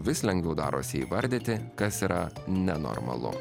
vis lengviau darosi įvardyti kas yra nenormalu